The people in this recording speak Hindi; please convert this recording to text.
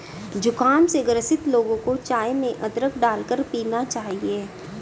जुखाम से ग्रसित लोगों को चाय में अदरक डालकर पीना चाहिए